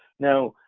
now,